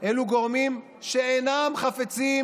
אלו גורמים שאינם חפצים